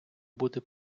бути